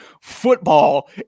Football